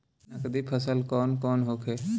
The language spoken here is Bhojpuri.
नकदी फसल कौन कौनहोखे?